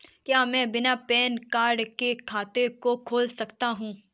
क्या मैं बिना पैन कार्ड के खाते को खोल सकता हूँ?